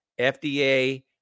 FDA